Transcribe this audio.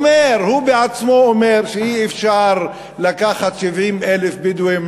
הוא בעצמו אומר שאי-אפשר לקחת 70,000 בדואים